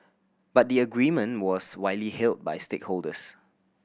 but the agreement was widely hailed by stakeholders